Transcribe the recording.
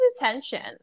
attention